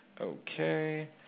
Okay